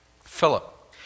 Philip